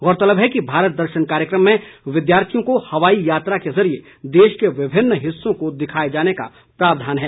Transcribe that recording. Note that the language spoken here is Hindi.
गौरतलब है कि भारत दर्शन कार्यक्रम में विद्यार्थियों को हवाई यात्रा के जरिए देश के विभिन्न हिस्सों को दिखाये जाने का प्रावधान है